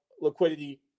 liquidity